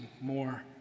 more